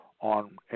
On